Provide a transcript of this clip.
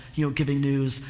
you know, giving news.